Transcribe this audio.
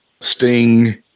Sting